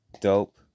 dope